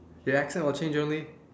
your accent will change only